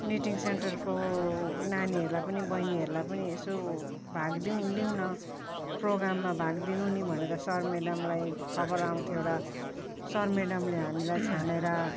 knitting सेन्टरको नानीहरूलाई पनि बहिनीहरूलाई पनि यसो भाग दिउँ लिउँन प्रोग्राममा भाग दिनु नि भनेर सर मेडमलाई खबर आउँथ्यो र सर मेडमले हामीलाई छानेर